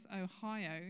Ohio